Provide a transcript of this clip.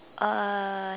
uh